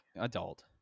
adult